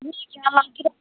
ꯃꯤ ꯀꯌꯥ ꯂꯥꯛꯀꯦꯔꯣ